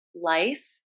life